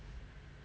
mm